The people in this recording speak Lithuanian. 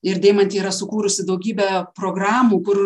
ir deimantė yra sukūrusi daugybę programų kur